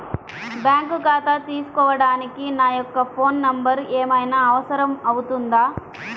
Bank ఖాతా తీసుకోవడానికి నా యొక్క ఫోన్ నెంబర్ ఏమైనా అవసరం అవుతుందా?